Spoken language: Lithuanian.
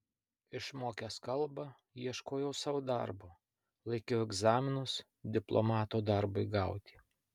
išmokęs kalbą ieškojau sau darbo laikiau egzaminus diplomato darbui gauti